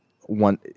one